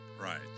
right